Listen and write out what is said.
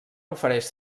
ofereix